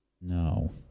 No